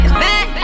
back